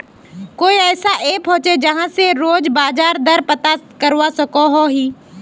कोई ऐसा ऐप होचे जहा से रोज बाजार दर पता करवा सकोहो ही?